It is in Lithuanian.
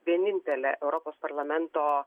vienintelė europos parlamento